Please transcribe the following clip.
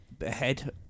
ahead